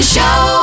Show